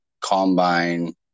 combine